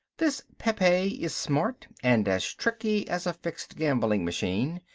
this pepe is smart and as tricky as a fixed gambling machine.